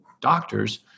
doctors